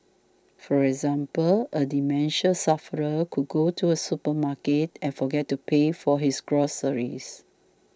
for example a dementia sufferer could go to a supermarket and forget to pay for his groceries